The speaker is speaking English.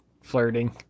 flirting